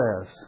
says